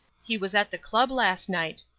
he was at the club last night.